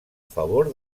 favor